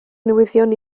newyddion